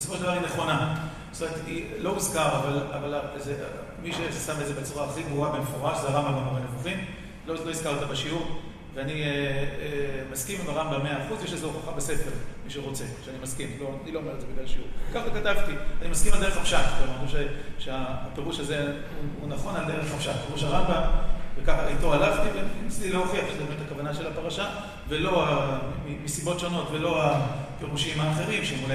בסופו של דבר היא נכונה, זאת אומרת, היא - לא הוזכר, אבל מי ששם את זה בצורה הכי ברורה במפורש זה הרמב"ם במורה-נבוכים, לא הזכרת בשיעור, ואני מסכים עם הרמב"ם מאה אחוז, יש לזה הוכחה בספר, מי שרוצה, שאני מסכים, ככה כתבתי, אני מסכים על דרך הפשט, כלומר, אני חושב שהפירוש הזה הוא נכון על דרך הפשט, פירוש הרמב"ם, וככה, איתו הלכתי, וניסיתי להוכיח שזו באמת הכוונה של הפרשה, מסיבות שונות, ולא הפירושים האחרים שהם אולי